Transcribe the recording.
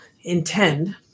intend